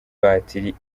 batiri